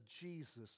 Jesus